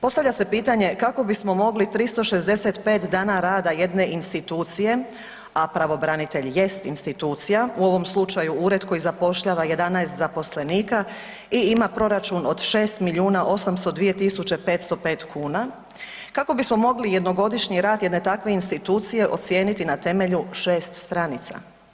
Postavlja se pitanje kako bismo mogli 365 dana rada jedne institucije, a pravobranitelj jest institucija u ovom slučaju ured koji zapošljava 11 zaposlenika i ima proračun od 6.802.505 kuna, kako bismo mogli jednogodišnji rad jedne takve institucije ocijeniti na temelju 6 stranica.